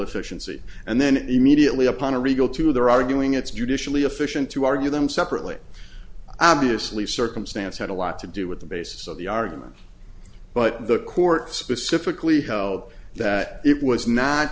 efficiency and then immediately upon a regal to their arguing it's judicially efficient to argue them separately i obviously circumstance had a lot to do with the basis of the argument but the court specifically held that it was